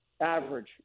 average